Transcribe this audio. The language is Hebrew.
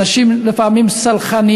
אנשים לפעמים סלחנים